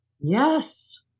Yes